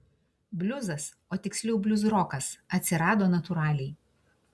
bliuzas o tiksliau bliuzrokas atsirado natūraliai